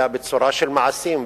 אלא בצורה של מעשים,